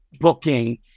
booking